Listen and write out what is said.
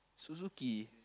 Suzuki